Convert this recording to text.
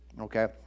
Okay